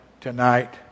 tonight